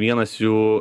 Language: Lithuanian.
vienas jų